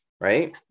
right